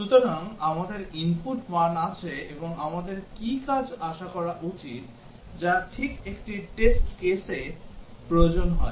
সুতরাং আমাদের input মান আছে এবং আমাদের কি কাজ আশা করা উচিত যা ঠিক একটি টেস্ট কেসে প্রয়োজন হয়